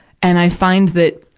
and i find that,